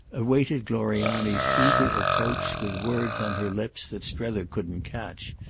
awaited gloriani's eager approach with words on her lips that strether couldn't catch,